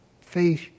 Face